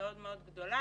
מאוד מאוד גדולה.